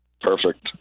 Perfect